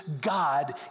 God